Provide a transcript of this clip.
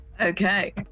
Okay